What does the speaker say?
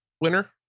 winner